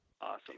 Awesome